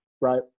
right